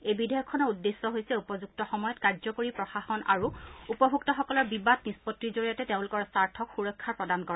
এই বিধেয়কখনৰ উদ্দেশ্য হৈছে উপযুক্ত সময়ত কাৰ্যকৰী প্ৰশাসন আৰু উপভোক্তাসকলৰ বিবাদ নিষ্পণ্ডিৰ জৰিয়তে তেওঁলোকৰ স্বাৰ্থক সুৰক্ষা প্ৰদান কৰা